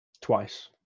twice